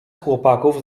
chłopaków